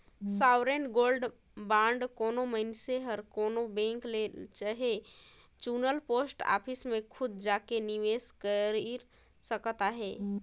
sovereign gold bond कोनो मइनसे हर कोनो बेंक ले चहे चुनल पोस्ट ऑफिस में खुद जाएके निवेस कइर सकत अहे